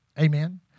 Amen